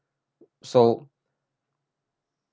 so